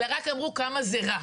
אלא רק אמרו כמה זה רע.